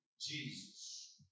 Jesus